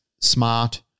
smart